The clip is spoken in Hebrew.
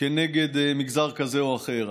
כנגד מגזר כזה או אחר.